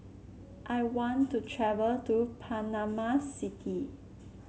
I want to travel to Panama City